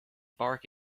bark